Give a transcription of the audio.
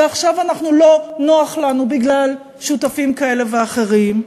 ועכשיו לא נוח לנו בגלל שותפים כאלה ואחרים,